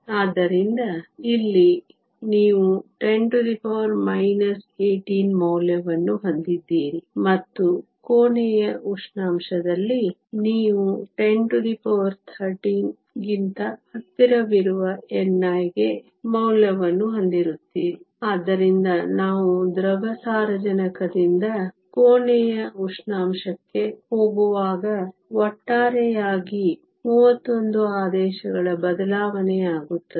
ಆದ್ದರಿಂದ ಇಲ್ಲಿ ನೀವು 10 18 ಮೌಲ್ಯವನ್ನು ಹೊಂದಿದ್ದೀರಿ ಮತ್ತು ಕೋಣೆಯ ಉಷ್ಣಾಂಶದಲ್ಲಿ ನೀವು 1030 ಕ್ಕಿಂತ ಹತ್ತಿರವಿರುವ ni ಗೆ ಮೌಲ್ಯವನ್ನು ಹೊಂದಿರುತ್ತೀರಿ ಆದ್ದರಿಂದ ನಾವು ದ್ರವ ಸಾರಜನಕದಿಂದ ಕೋಣೆಯ ಉಷ್ಣಾಂಶಕ್ಕೆ ಹೋಗುವಾಗ ಒಟ್ಟಾರೆಯಾಗಿ 31 ಆದೇಶಗಳ ಬದಲಾವಣೆಯಾಗುತ್ತದೆ